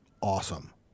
awesome